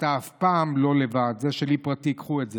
אתה אף פעם לא לבד, זה שלי פרטי, קחו את זה.